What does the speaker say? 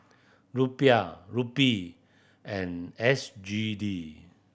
Rupiah Rupee and S G D